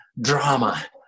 Drama